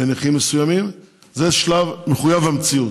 לנכים מסוימים, זה שלב מחויב המציאות.